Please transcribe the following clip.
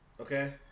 Okay